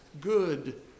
good